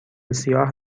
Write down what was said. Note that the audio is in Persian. سیاه